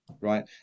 right